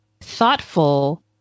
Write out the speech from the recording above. thoughtful